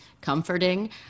comforting